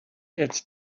it’s